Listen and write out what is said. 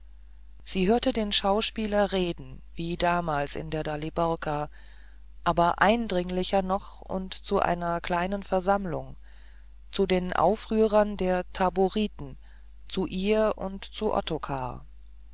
sie hört den schauspieler reden wie damals in der daliborka aber eindringlicher noch und zu einer kleinen versammlung zu den aufrührern der taboriten zu ihr und zu